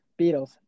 Beatles